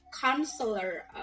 counselor